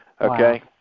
Okay